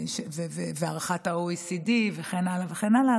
והערכת ה-OECD וכן הלאה וכן הלאה.